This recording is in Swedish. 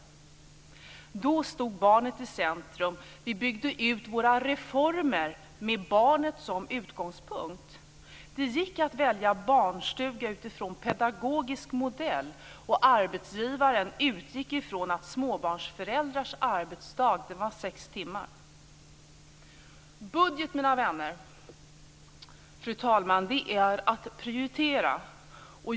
Då stod barnet i centrum. Vi byggde ut våra reformer med barnet som utgångspunkt. Det gick att välja barnstuga utifrån pedagogisk modell, och arbetsgivaren utgick från att småbarnsföräldrars arbetsdag var sex timmar. Budget, mina vänner, fru talman, är att prioritera.